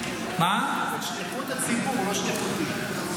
שליחות הציבור, לא שליחותי.